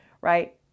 right